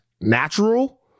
natural